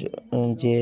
যে যে